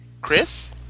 Chris